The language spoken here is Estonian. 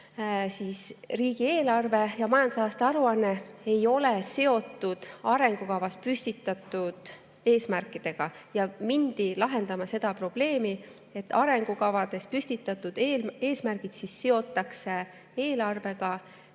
et riigieelarve ja majandusaasta aruanne ei ole seotud arengukavas püstitatud eesmärkidega, ja mindi lahendama seda probleemi, et arengukavades püstitatud eesmärgid seotakse eelarvega,